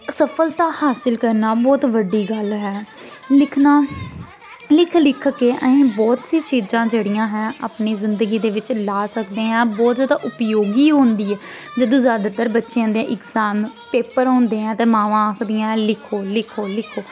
सफलता हासल करना इक बौह्त बड्डी गल्ल ऐ लिखना लिख लिख के असैं बौह्त सी चीजां जेह्ड़ियां ऐं अस अपनी जिंदगी दे बिच्च ला सकदे आं बौह्त जादा उपयोगी होंदी ऐ जदूं जादातर बच्चेंआं दे इगजाम पेपर होंदे ऐं ते मामां आखदियां ऐं लिखो लिखो लिखो